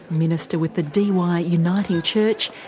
minister with the dee why uniting church,